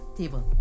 table